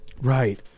Right